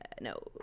no